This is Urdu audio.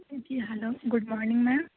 G hello good morning ma'am